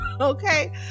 Okay